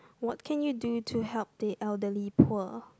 what can you do to help the elderly poor